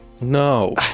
No